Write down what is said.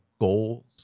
goals